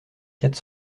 quatre